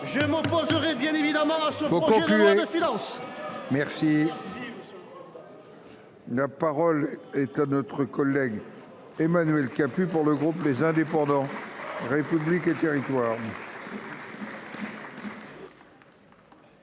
je m’opposerai bien évidemment à ce projet de loi de finances pour 2024. La parole est à M. Emmanuel Capus, pour le groupe Les Indépendants – République et Territoires.